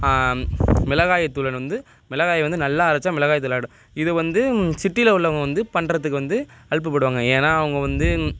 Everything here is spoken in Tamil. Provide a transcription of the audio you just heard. மிளகாயை தூளைன் வந்து மிளகாயை வந்து நல்லா அரைச்சால் மிளகாய் தூள் ஆகிடும் இது வந்து சிட்டியில உள்ளவங்க வந்து பண்ணுறத்துக்கு வந்து அலுப்புப்படுவாங்க ஏன்னா அவங்க வந்து